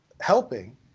helping